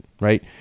right